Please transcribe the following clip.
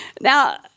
Now